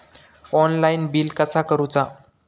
Online bill कसा करुचा?